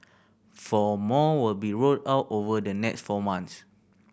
four more will be rolled out over the next four months